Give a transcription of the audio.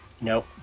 No